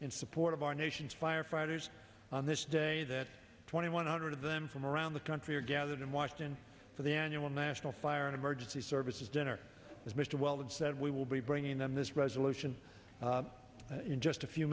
in support of our nation's firefighters on this day that twenty one hundred of them from around the country are gathered in washington for the annual national fire and emergency services dinner as mr weldon said we will be bringing them this resolution in just a few